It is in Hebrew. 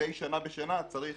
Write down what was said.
מדי שנה בשנה צריך